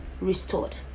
restored